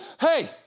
hey